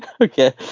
Okay